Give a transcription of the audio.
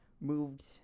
moved